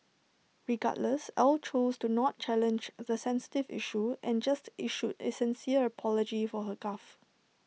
regardless Ell chose to not challenge the sensitive issue and just issued A sincere apology for her gaffe